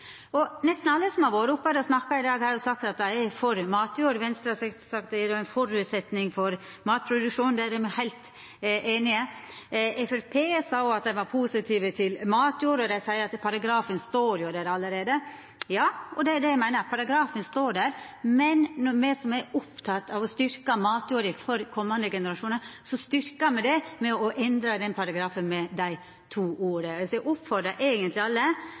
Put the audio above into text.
Nesten alle som har vore oppe her og snakka i dag, har sagt at dei er for matjord. Venstre har sagt at det er ein føresetnad for matproduksjon. Der er me heilt einige. Framstegspartiet sa òg at dei var positive til matjord, og dei seier at paragrafen jo står der allereie. Ja, og det er det eg meiner, paragrafen står der, men når me er opptekne av å styrkja matjorda for komande generasjonar, så styrkjer me det med å endra den paragrafen med dei to orda. Så eg oppfordrar eigentleg alle